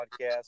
Podcast